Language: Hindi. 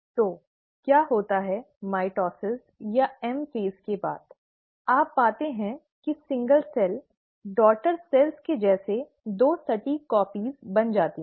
तो क्या होता है माइटोसिस या एम चरण के बाद आप पाते हैं कि एकल कोशिका डॉटर सेल्स के जैसे दो सटीक प्रतियां बन जाती है